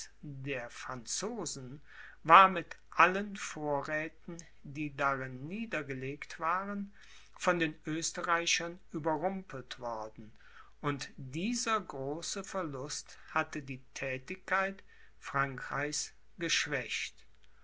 der franzosen war mit allen vorräthen die darin niedergelegt waren von den oesterreichern überrumpelt worden und dieser große verlust hatte die thätigkeit frankreichs geschwächt